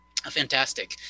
Fantastic